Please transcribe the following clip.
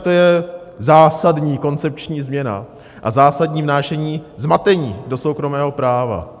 To je zásadní koncepční změna a zásadní vnášení zmatení do soukromého práva.